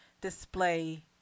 display